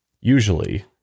usually